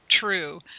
true